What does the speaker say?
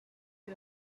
you